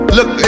Look